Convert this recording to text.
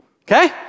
Okay